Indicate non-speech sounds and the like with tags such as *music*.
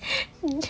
*laughs*